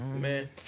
Man